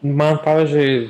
man pavyzdžiui